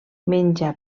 menja